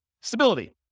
Stability